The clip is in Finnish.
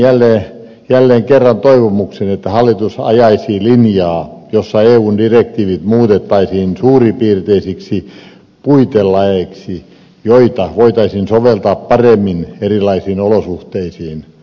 esitänkin jälleen kerran toivomuksen että hallitus ajaisi linjaa jossa eun direktiivit muutettaisiin suuripiirteisiksi puitelaeiksi joita voitaisiin soveltaa paremmin erilaisiin olosuhteisiin